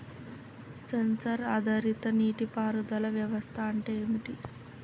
Censor ఆధారిత నీటి పారుదల వ్యవస్థ అంటే ఏమిటి?